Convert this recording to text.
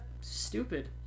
stupid